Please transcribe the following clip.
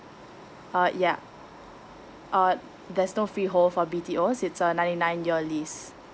uh yeah uh there's no free hold for B_T_O it's uh nine nine year list